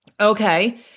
Okay